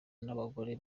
n’abagore